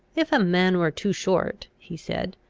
if a man were too short, he said,